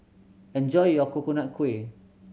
enjoy your Coconut Kuih